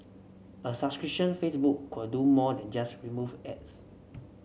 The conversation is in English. a subscription Facebook could do more than just remove ads